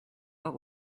what